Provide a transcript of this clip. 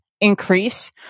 increase